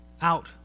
out